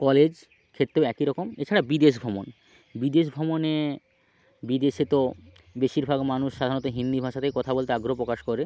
college ক্ষেতেও একই রকম এছাড়াও বিদেশ ভ্রমণ বিদেশ ভ্রমণে বিদেশে তো বেশিরভাগ মানুষ সাধারণত হিন্দি ভাষাতেই কথা বলতে আগ্রহ প্রকাশ করে